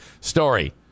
story